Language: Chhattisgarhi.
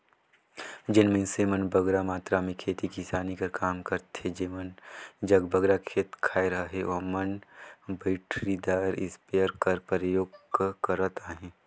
जेन मइनसे मन बगरा मातरा में खेती किसानी कर काम करथे जेमन जग बगरा खेत खाएर अहे ओमन बइटरीदार इस्पेयर कर परयोग करत अहें